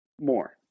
more